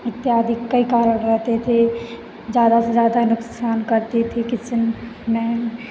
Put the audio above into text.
इत्यादि कई कारण रहते थे ज़्यादा से ज़्यादा नुकसान करते थे किचन में